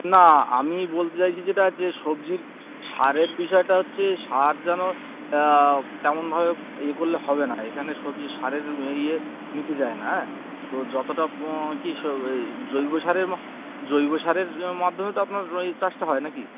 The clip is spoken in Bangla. না আমি বলতে চাইছি যেটা যে সবজির সারের বিষয়টা হচ্ছে সার যেন তেমনভাবে ইয়ে করলে হবে না এখানে সবজি সারের ইয়ে নিতে চায় না অ্যাঁ তো যতোটা কী সব এই জৈব সারের মহ জৈব সারের মাধ্যমেই তো আপনার ওই চাষটা হয় নাকি